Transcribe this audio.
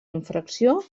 infracció